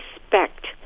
respect